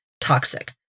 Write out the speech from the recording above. toxic